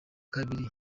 kabiri